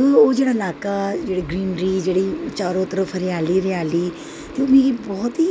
ओह् जेह्ड़ा लाह्का ओह् जेह्ड़ी ग्रीनरी चारों तरफ हरिया गै हरियाली मिगी बौह्त ही